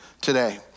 today